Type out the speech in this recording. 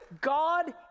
God